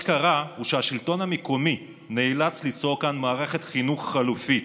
מה שקרה הוא שהשלטון המקומי נאלץ ליצור כאן מערכת חינוך חלופית,